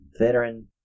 veteran